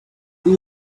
who